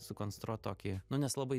sukonstruot tokį nu nes labai